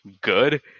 good